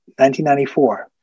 1994